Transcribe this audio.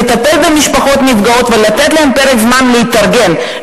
לטפל במשפחות נפגעות ולתת להן פרק זמן להתארגן.